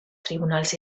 tribunals